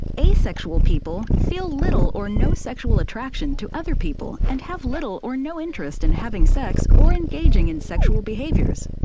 asexual people feel little or no sexual attraction to other people and have little or no interest in having sex or engaging in sexual behaviors.